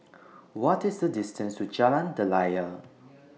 What IS The distance to Jalan Daliah